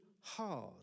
hard